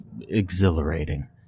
exhilarating